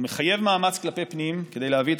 הוא מחייב מאמץ כלפי פנים כדי להביא את